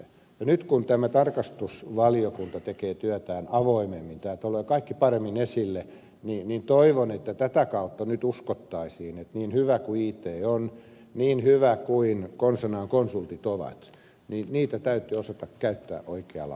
ja nyt kun tämä tarkastusvaliokunta tekee työtään avoimemmin ja tämä tulee kaikki paremmin esille niin toivon että tätä kautta nyt uskottaisiin että niin hyvä kuin it on niin hyviä kuin konsanaan konsultit ovat niitä täytyy osata käyttää oikealla lailla